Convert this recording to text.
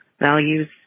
values